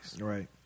Right